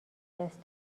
دست